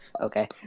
Okay